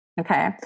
Okay